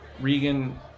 Regan